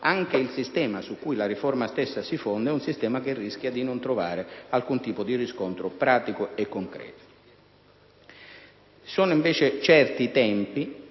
anche il sistema su cui la riforma stessa si fonda rischia di non trovare alcun tipo di riscontro pratico e concreto. Sono invece certi i tempi